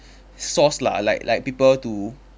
source lah like like people to